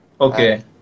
Okay